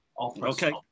Okay